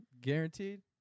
guaranteed